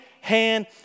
hand